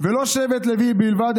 ולא שבט לוי בלבד,